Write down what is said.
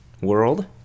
world